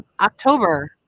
October